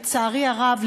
לצערי הרב,